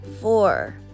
Four